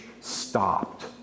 stopped